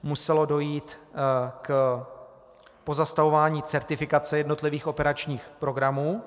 Muselo dojít k pozastavování certifikace jednotlivých operačních programů.